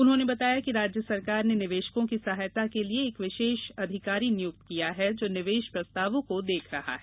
उन्होंने बताया कि राज्य सरकार ने निवेशकों की सहायता के लिए एक विशेष अधिकारी नियुक्त किया है जो निवेश प्रस्तावों को देख रहा है